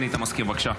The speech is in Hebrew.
המזכיר, בבקשה.